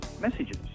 messages